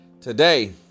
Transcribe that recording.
Today